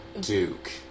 Duke